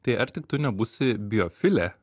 tai ar tik tu nebūsi biofilė